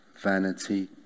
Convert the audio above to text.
vanity